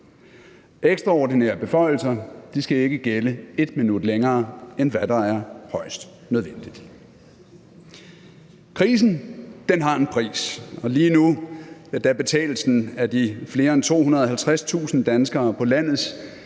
Ekstraordinære beføjelser skal ikke gælde 1 minut længere, end hvad der er højst nødvendigt. Krisen har en pris, og lige nu betales den af de flere end 250.000 danskere på landets